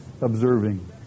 observing